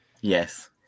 yes